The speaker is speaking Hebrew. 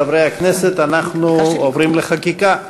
חברי הכנסת, אנחנו עוברים לחקיקה.